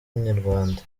inyarwanda